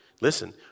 Listen